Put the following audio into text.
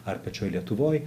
ar pačioj lietuvoj